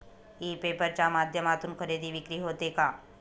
E paper च्या माध्यमातून खरेदी विक्री होते का?